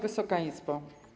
Wysoka Izbo!